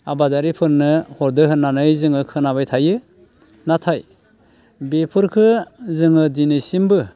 आबादारिफोरनो हरदों होननानै जोङो खोनाबाय थायो नाथाय बेफोरखौ जोङो दिनैसिमबो